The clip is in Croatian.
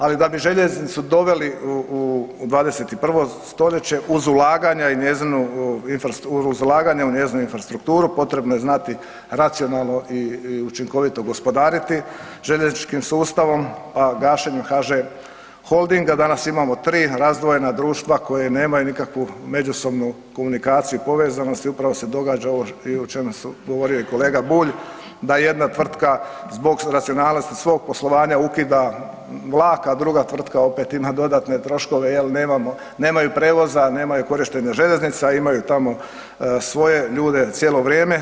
Ali, da bi željeznicu doveli u 21. st. uz ulaganja i njezinu infrastrukturu, potrebno je znati racionalno i učinkovito gospodariti željezničkim sustavom, a gašenjem HŽ Holdinga danas imamo 3 razdvojena društva koja nemaju nikakvu međusobnu komunikaciju i povezanost, i upravo se događa ovo o čemu je govorio i kolega Bulj, da jedna tvrtka zbog racionalnosti svog poslovanja ukida vlak, a druga tvrtka opet ima dodatne troškove, nemamo, nemaju prijevoza, nemaju korištenje željeznica, imaju tamo svoje ljude cijelo vrijeme.